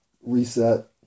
reset